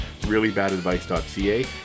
reallybadadvice.ca